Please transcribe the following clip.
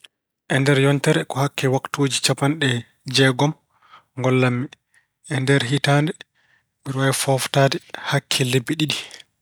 E nder yontere ko hakke waktuuji capanɗe jeegom ngollami. E nder hitaande, mbeɗa waawi fooftaade hakke lebbi ɗiɗi.